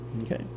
Okay